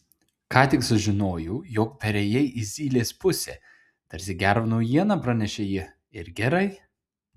ką tik sužinojau jog perėjai į zylės pusę tarsi gerą naujieną pranešė ji ir gerai